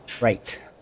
Right